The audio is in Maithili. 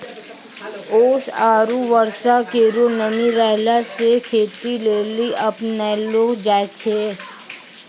ओस आरु बर्षा केरो नमी रहला सें खेती लेलि अपनैलो जाय छै?